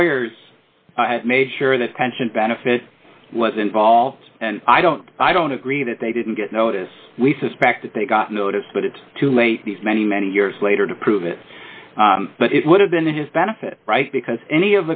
lawyers have made sure that pension benefit was involved and i don't i don't agree that they didn't get notice we suspect that they got notice but it's too late these many many years later to prove it but it would have been to his benefit because any